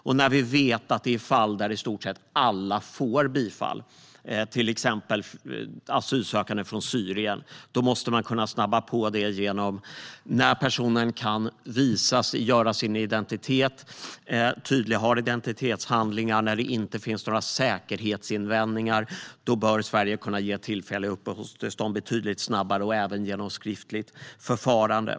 Och när det gäller fall där i stort sett alla får bifall, till exempel asylsökande från Syrien, måste processen kunna snabbas på. När personen har tydliga identitetshandlingar och när det inte finns några säkerhetsinvändningar bör Sverige kunna ge tillfälliga uppehållstillstånd betydligt snabbare, även genom skriftligt förfarande.